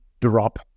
drop